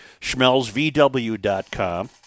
SchmelzVW.com